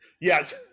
Yes